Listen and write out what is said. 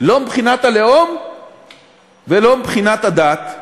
לא מבחינת הלאום ולא מבחינת הדת.